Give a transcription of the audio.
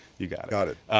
you got it. got it.